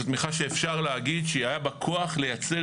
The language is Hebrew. זאת תמיכה שאפשר להגיד שהיה בה כוח לייצר